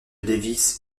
lévis